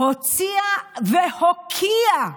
הוציאה והוקיעה